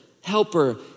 helper